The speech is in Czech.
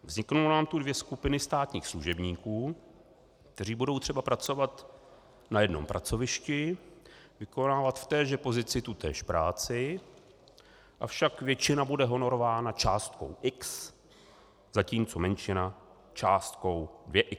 Vznikly nám tu dvě skupiny státních služebníků, kteří budou třeba pracovat na jednom pracovišti, vykonávat v téže pozici tutéž práci, avšak většina bude honorována částkou x, zatímco menšina částkou 2x.